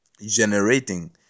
generating